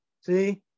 See